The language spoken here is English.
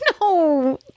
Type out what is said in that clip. No